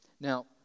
Now